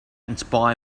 inspire